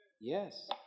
yes